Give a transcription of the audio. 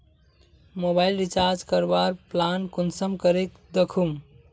Mobile recharge करवार plan कुंसम करे दखुम?